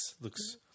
looks